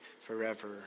forever